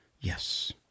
Yes